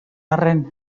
arren